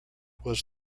was